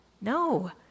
no